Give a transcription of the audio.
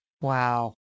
Wow